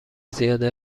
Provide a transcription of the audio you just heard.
زیاده